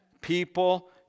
People